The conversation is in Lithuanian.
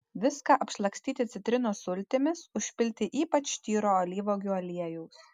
viską apšlakstyti citrinos sultimis užpilti ypač tyro alyvuogių aliejaus